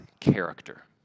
character